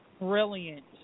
brilliant